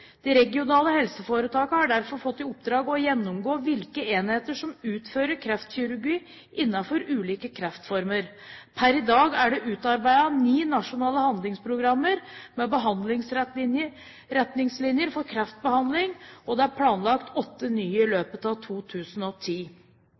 De regionale helseforetakene har derfor fått i oppdrag å gjennomgå hvilke enheter som utfører kreftkirurgi innenfor ulike kreftformer. Per i dag er det utarbeidet ni nasjonale handlingsprogrammer med behandlingsretningslinjer for kreftbehandling, og det er planlagt åtte nye i